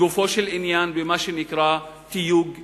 לגופו של עניין, במה שנקרא "תיוג אתני",